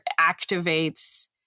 activates